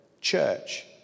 church